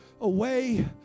away